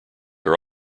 are